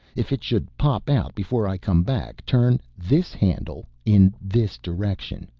if it should pop out before i come back turn this handle in this direction.